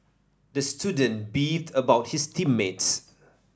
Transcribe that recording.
the student beefed about his team mates